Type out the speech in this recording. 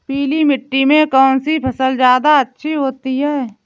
पीली मिट्टी में कौन सी फसल ज्यादा अच्छी होती है?